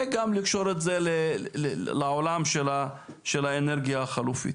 בנוסף לקשור את זה לעולם של האנרגיה המתחלפת.